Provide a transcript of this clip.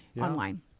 online